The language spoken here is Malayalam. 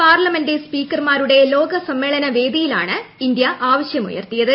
പാർലമെന്റ് സ്പീക്കർമാരുടെ ലോകസമ്മേളന വേദിയിലാണ് ഇന്ത്യ ആവശ്യമുയർത്തിയത്